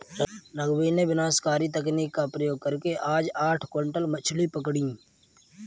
रघुवीर ने विनाशकारी तकनीक का प्रयोग करके आज आठ क्विंटल मछ्ली पकड़ा